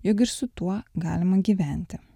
jog ir su tuo galima gyventi